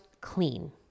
clean